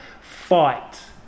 fight